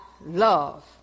love